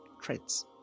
traits